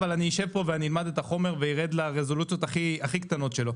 אבל אשב פה ואלמד את החומר וארד לרזולוציות הכי קטנות שלו.